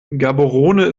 gaborone